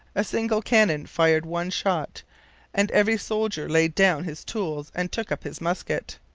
a single cannon fired one shot and every soldier laid down his tools and took up his musket.